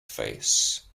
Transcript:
face